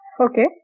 Okay